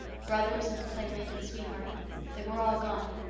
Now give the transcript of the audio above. brothers and playmate and sweetheart they were all gone,